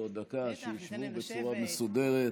נחכה עוד דקה שישבו בצורה מסודרת.